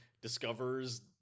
Discovers